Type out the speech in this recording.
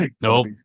nope